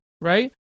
right